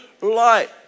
light